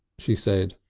she said.